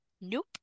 Nope